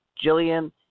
Jillian